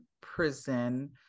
prison